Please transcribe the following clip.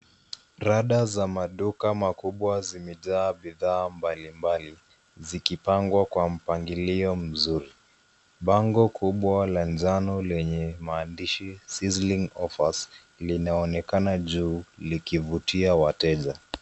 Rada za maduka makubwa zimejaa bidhaa mbalimbali zikipangwa kwa mpangilio mzuri. Bango kubwa la njano lenye maandishi Sizzling Offers linaonekana juu likivutia wateja.